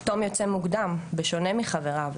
תום יוצא מוקדם בשונה מחבריו,